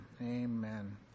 Amen